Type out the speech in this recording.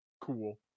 cool